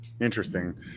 Interesting